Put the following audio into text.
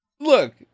Look